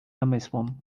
namysłom